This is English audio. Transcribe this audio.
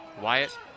Wyatt